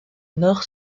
nord